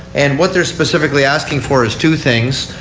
and what they're specifically asking for is two things.